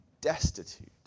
destitute